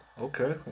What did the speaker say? Okay